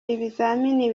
ibizamini